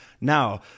Now